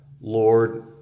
Lord